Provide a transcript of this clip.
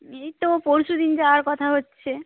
এই তো পরশু দিন যাওয়ার কথা হচ্ছে